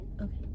Okay